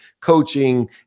coaching